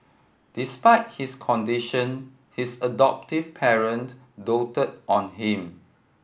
despite his condition his adoptive parent doted on him